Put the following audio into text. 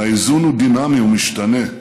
והאיזון הוא דינמי, הוא משתנה.